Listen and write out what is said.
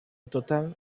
total